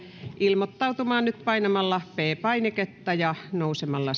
ilmoittautumaan painamalla p painiketta ja nousemalla